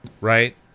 right